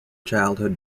childhood